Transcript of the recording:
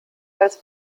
als